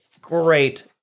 Great